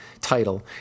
title